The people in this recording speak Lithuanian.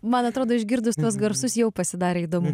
man atrodo išgirdus tuos garsus jau pasidarė įdomu